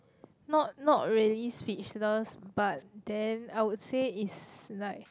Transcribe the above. not not really speechless but then I would say is like